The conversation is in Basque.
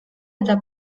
eta